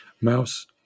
Mouse